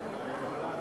למה הם מתנגדים?